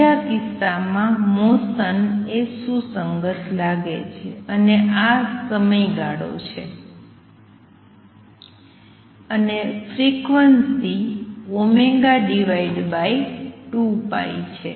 બીજા કિસ્સામાં મોસન એ સુસંગત લાગે છે અને આ સમય સમયગાળો છે અને ફ્રિક્વન્સી ω2π છે